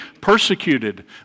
persecuted